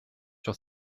sur